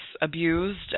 abused